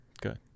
Good